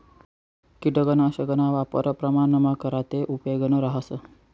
किटकनाशकना वापर प्रमाणमा करा ते उपेगनं रहास